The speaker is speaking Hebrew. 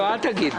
לא, אל תגיד כך.